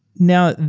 now,